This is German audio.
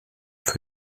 für